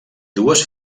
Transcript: dues